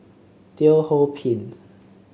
Teo Ho Pin